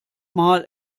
mal